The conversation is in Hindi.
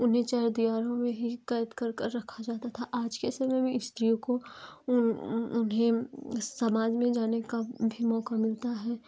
उन्हें चार दीवारों में ही कैद कर के रखा जाता था आज के समय में स्त्रियों को उन्हें समाज में जाने का भी मौका मिलता है